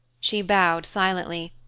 she bowed silently,